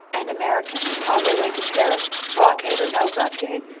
and americans, on their way to paris, blockade or no blockade,